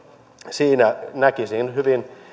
siinä näkisin hyvin